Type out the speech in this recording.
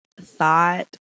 thought